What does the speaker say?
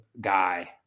guy